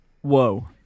Whoa